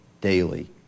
daily